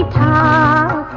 ah da